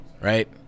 Right